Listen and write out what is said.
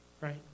Right